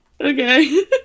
Okay